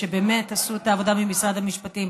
שבאמת עשו את העבודה ממשרד המשפטים.